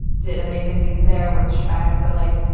did amazing things there with shrek. so, like,